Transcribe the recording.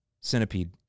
Centipede